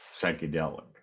psychedelic